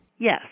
Yes